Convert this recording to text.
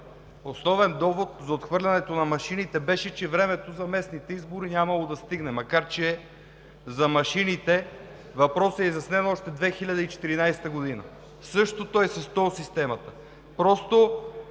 основен довод за отхвърлянето на машините беше, че времето за местните избори нямало да стигне, макар че за машините въпросът е изяснен още през 2014 г. Същото е с тол системата.